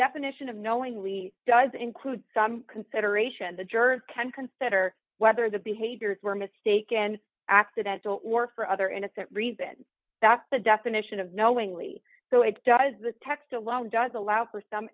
definition of knowingly does include some consideration the jurors can consider whether the behaviors were mistaken and acted that don't work for other innocent reason that's the definition of knowingly so it does the text alone does allow for some